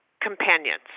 companions